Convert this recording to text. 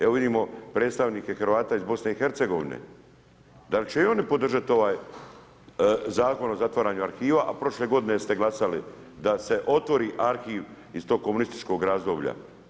Evo vidimo predstavnike Hrvata iz BiH, da li će i oni podržat ovaj zakon o zatvaranju arhiva, a prošle godine ste glasali da se otvori arhiv iz tog komunističkog razdoblja.